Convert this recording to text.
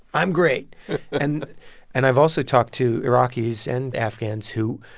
i'm great and and i've also talked to iraqis and afghans who,